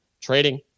trading